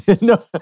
no